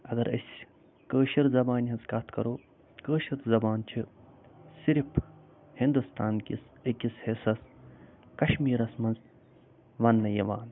اگر أسۍ کٲشِر زبانہِ ہٕنٛز کَتھ کَرو کٲشِر زبان چھِ صِرِف ہندوستان کِس أکِس حِصس کشمیٖرس منٛز وننہٕ یِوان